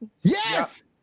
Yes